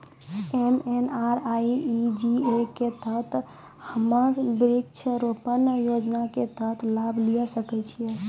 MNREGA के तहत हम्मय वृक्ष रोपण योजना के तहत लाभ लिये सकय छियै?